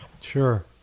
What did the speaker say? Sure